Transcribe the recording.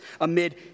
amid